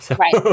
Right